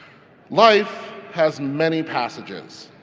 life has many passages.